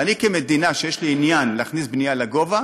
אבל אני כמדינה, שיש לי עניין להכניס בנייה לגובה,